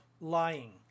lying